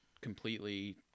completely